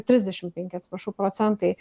trisdešim penki atsiprašau procentai